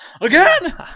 Again